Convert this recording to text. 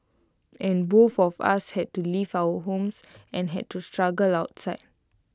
and both of us had to leave our homes and had to struggle outside